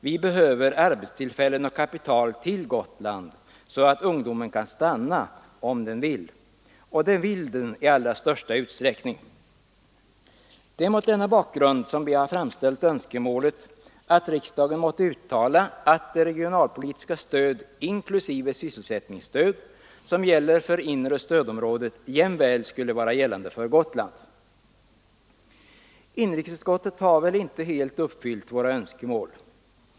Vi behöver arbetstillfällen och kapital till Gotland så att ungdomen kan stanna om den vill. Och det vill den i allra största utsträckning. Det är mot denna bakgrund som vi framställt önskemålet att riksdagen måtte uttala att det regionalpolitiska stöd, inklusive sysselsättningsstöd, som gäller för inre stödområdet jämväl skulle vara gällande för Gotland. Inrikesutskottet har väl inte helt uppfyllt våra önskemål.